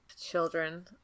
Children